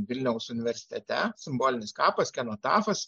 vilniaus universitete simbolinis kapas kenotafas